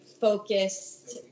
focused